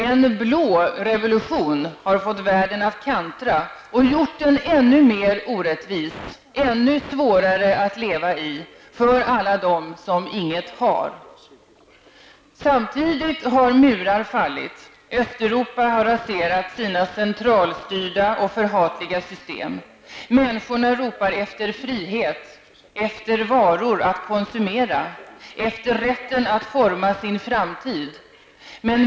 En blå revolution har fått världen att kantra och gjort den ännu mer orättvis och ännu svårare att leva i för alla dem som inget har. Samtidigt har murar fallit. Östeuropa har raserat sina centralstyrda och förhatliga system. Människorna ropar efter frihet, efter varor att konsumera och efter rätten att forma sin framtid.